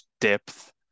depth